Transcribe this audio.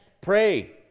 pray